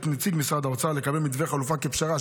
נציג משרד האוצר לקבל מתווה חלופה כפשרה,